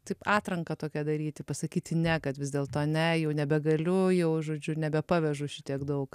taip atranką tokią daryti pasakyti ne kad vis dėlto ne jau nebegaliu jau žodžiu nebepavežu šitiek daug